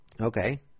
Okay